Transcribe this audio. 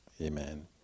Amen